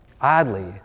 Oddly